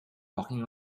walking